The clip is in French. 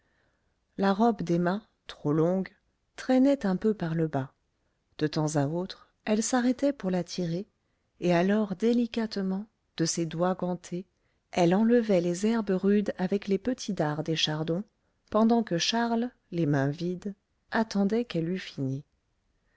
la robe d'emma trop longue traînait un peu par le bas de temps à autre elle s'arrêtait pour la tirer et alors délicatement de ses doigts gantés elle enlevait les herbes rudes avec les petits dards des chardons pendant que charles les mains vides attendait qu'elle eût fini